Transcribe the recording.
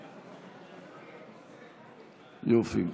יופי.